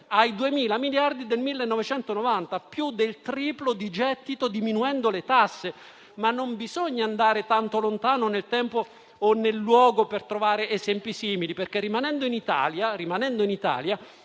ai 2.000 miliardi del 1990, più del triplo di gettito, diminuendo le tasse. Non bisogna andare tanto lontano nel tempo o nel luogo per trovare esempi simili, perché, rimanendo in Italia,